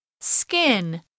Skin